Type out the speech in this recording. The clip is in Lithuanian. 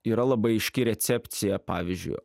yra labai aiški recepcija pavyzdžiui